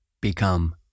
become